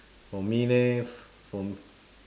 for me leh for me